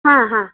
ಹಾಂ ಹಾಂ